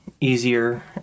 easier